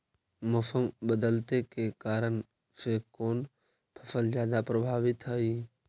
मोसम बदलते के कारन से कोन फसल ज्यादा प्रभाबीत हय?